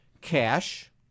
Cash